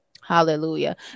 Hallelujah